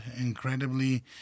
incredibly